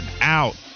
out